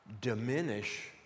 diminish